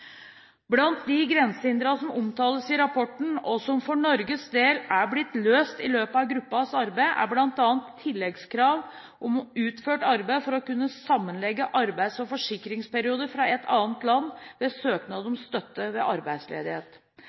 som for Norges del er blitt løst i løpet av gruppens arbeid, er bl.a. tilleggskrav om utført arbeid for å kunne sammenlegge arbeids- og forsikringsperioder fra et annet land ved søknad om støtte ved arbeidsledighet.